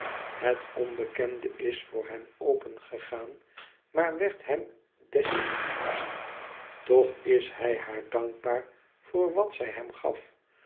het onbekende is voor hem opengegaan maar werd hem désilluzie toch is hij haar dankbaar voor wat zij hem gaf